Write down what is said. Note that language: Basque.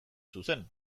zuzen